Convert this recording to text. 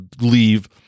leave